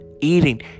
eating